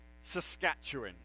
Saskatchewan